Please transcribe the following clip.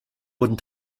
wurden